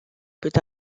peut